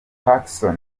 pacson